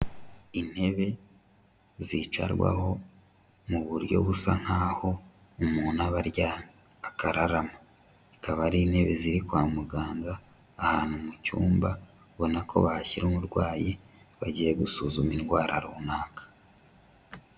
Intebe zicarwaho mu buryo busa nkaho umuntu aba aryamye akararama. Akaba ari intebe ziri kwa muganga ahantu mu cyumba ubona ko bashyira umurwayi bagiye gusuzuma indwara runaka.